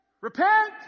Repent